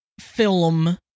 film-